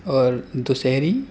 اور دسہری